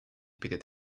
перед